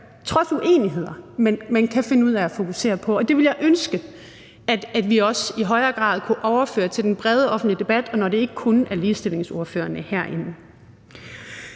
trods uenigheder kan finde ud af at fokusere på, og det ville jeg ønske at vi også i højere grad kunne overføre til den brede offentlige debat, og når det ikke kun er ligestillingsordførerne herinde.